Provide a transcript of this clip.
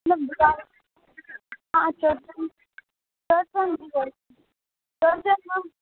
मतलब हँ चौरचन चौरचन भी करै छी चौरचनमे